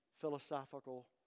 philosophical